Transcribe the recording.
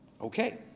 Okay